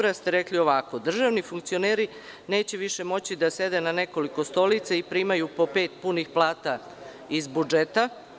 Rekli ste 11. oktobra ovako – državni funkcioneri neće više moći da sede na nekoliko stolica i primaju po pet punih plata iz budžeta.